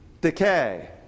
decay